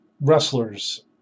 wrestlers